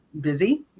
busy